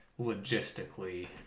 logistically